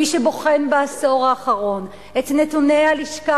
מי שבוחן בעשור האחרון את נתוני הלשכה